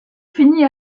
finit